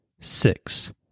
six